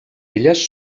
elles